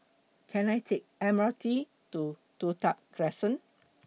Can I Take The M R T to Toh Tuck Crescent